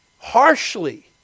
harshly